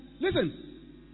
Listen